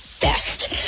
Best